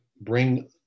bring